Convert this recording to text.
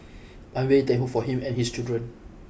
I'm very thankful for him and his children